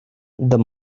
the